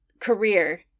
career